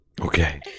Okay